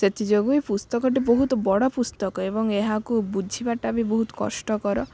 ସେଥିଯୋଗୁଁ ଏ ପୁସ୍ତକଟି ବହୁତ ବଡ଼ ପୁସ୍ତକ ଏବଂ ଏହାକୁ ବୁଝିବାଟା ବି ବହୁତ କଷ୍ଟକର